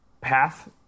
path